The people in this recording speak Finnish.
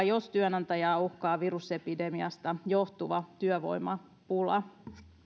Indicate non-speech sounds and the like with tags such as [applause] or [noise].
[unintelligible] jos työnantajaa uhkaa virusepidemiasta johtuva työvoimapula